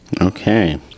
Okay